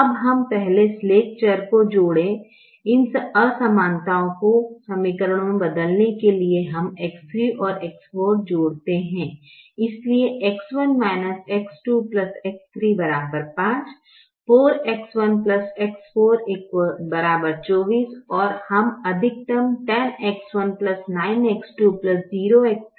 अब हम पहले स्लैक चर को जोड़ें इन असमानताओं को समीकरणों में बदलने के लिए हम X3 और X4 जोड़ते हैं इसलिए X1 X2 X3 5 4X1 X4 24 और हम अधिकतम 10X1 9X2 0X3 0X4 करते है